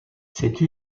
cette